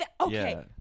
Okay